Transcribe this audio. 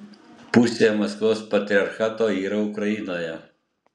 pusė maskvos patriarchato yra ukrainoje